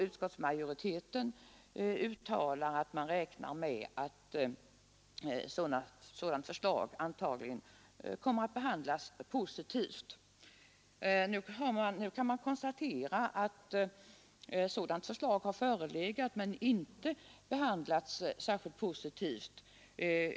Utskottsmajoriteten uttalade att man räknade med att ett sådant förslag antagligen skulle bli föremål för en positiv behandling. Nu kan vi konstatera att ett sådant förslag har förelegat men inte behandlats särskilt positivt.